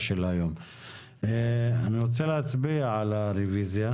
כשבמקומות אחרים הם כבר לא יכולים להתרחב.